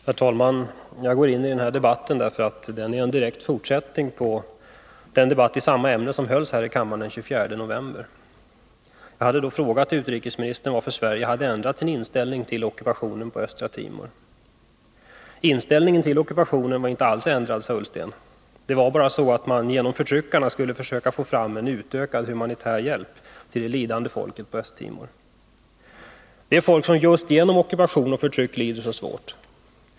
Herr talman! Jag går in i den här debatten därför att den är en direkt fortsättning på den debatt i samma ämne som hölls här i kammaren den 24 november. Jag hade då frågat utrikesministern varför Sverige hade ändrat sin inställning till ockupationen på Östra Timor. Inställningen till ockupationen var inte alls ändrad, sade Ola Ullsten — det var bara så att man genom förtryckarna skulle försöka få fram en utökad humanitär hjälp till det lidande folket på Östtimor, det folk som just genom ockupation och förtryck lider så svårt.